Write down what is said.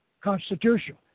constitutional